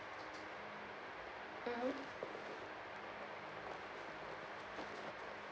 mmhmm